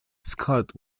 scott